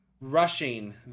rushing